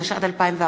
התשע"ד 2014,